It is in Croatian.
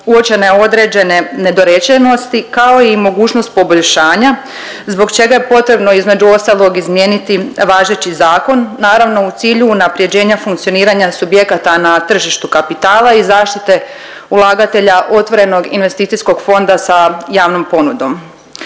uočene određene nedorečenosti kao i mogućnost poboljšanja zbog čega je potrebno između ostalog izmijeniti važeći zakon naravno u cilju unaprjeđenja funkcioniranja subjekata na tržištu kapitala i zaštite ulagatelja otvorenog investicijskog fonda sa javnom ponudom.